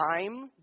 time